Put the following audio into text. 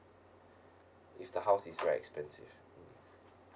is the house is very expensive mm